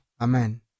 Amen